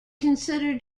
considered